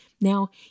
Now